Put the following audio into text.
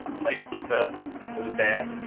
safety first for the bear.